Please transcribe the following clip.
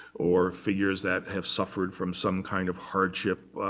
or figures that have suffered from some kind of hardship.